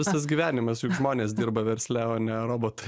visas gyvenimas juk žmonės dirba versle o ne robotai